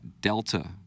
delta